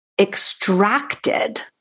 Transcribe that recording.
extracted